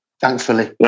Thankfully